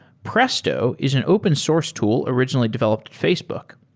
presto is an open source tool originally developed at facebook.